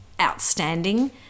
outstanding